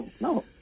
No